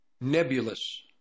nebulous